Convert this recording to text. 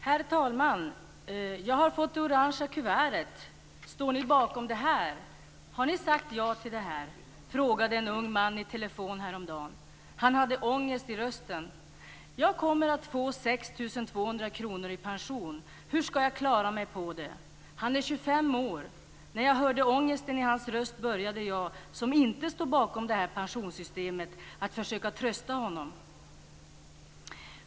Herr talman! "Jag har fått det oranga kuvertet! Står ni bakom det här? Har ni sagt ja till det här?" frågade en ung man i telefon häromdagen. Han hade ångest i rösten. "Jag kommer att få 6 200 kr i pension. Hur ska jag klara mig på det?" Han är 25 år. När jag hörde ångesten i hans röst försökte jag, som inte står bakom det här pensionssystemet, att trösta honom.